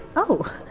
oh!